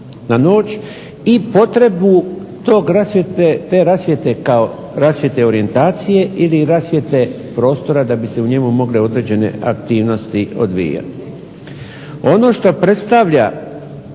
na noć i potrebu te rasvjete kao rasvjete orijentacije ili rasvjete prostora da bi se u njemu mogle određene aktivnosti odvijati. Ono što predstavlja